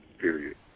Period